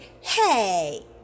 hey